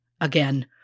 again